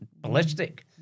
Ballistic